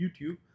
YouTube